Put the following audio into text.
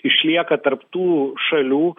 išlieka tarp tų šalių